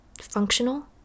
functional